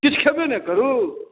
किछु खएबे नहि करू